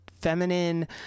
feminine